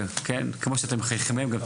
15:26.